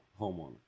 homeowner